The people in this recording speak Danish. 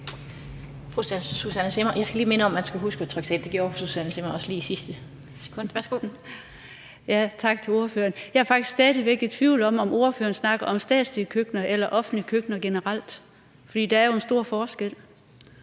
Jeg er faktisk stadig væk i tvivl om, om ordføreren snakker om statslige køkkener eller offentlige køkkener generelt, for der er jo en stor forskel.